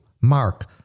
Mark